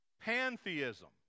Pantheism